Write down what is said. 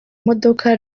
modoka